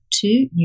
two